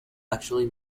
actually